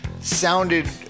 sounded